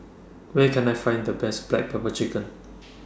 Where Can I Find The Best Black Pepper Chicken